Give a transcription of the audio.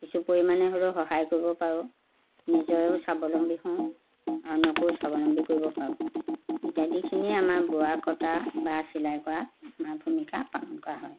কিছু পৰিমাণে হ'লেও সহায় কৰিব পাৰোঁ নিজৰেও স্বাৱলম্বী হওঁ আনকো স্বাৱলম্বী কৰিব পাৰোঁ ইত্যাদিখিনিয়ে আমাৰ বোৱা কটা বা চিলাই কৰাত আমাৰ ভূমিকা পালন কৰা হয়